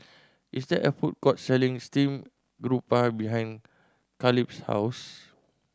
is there a food court selling steamed garoupa behind Kaleb's house